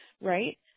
right